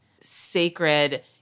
sacred